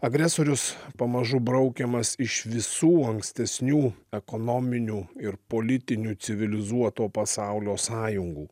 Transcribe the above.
agresorius pamažu braukiamas iš visų ankstesnių ekonominių ir politinių civilizuoto pasaulio sąjungų